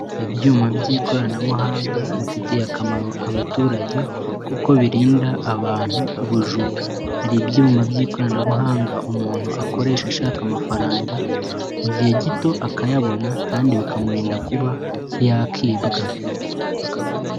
Ibyuma by'ikoranabuhanga bifitiye akamaro abaturage kuko birinda abantu ubujura, hari ibyuma by'ikoranabuhanga umuntu akoresha ashaka amafaranga, mu gihe gito akayabona kandi bikamurinda kuba yakibwa.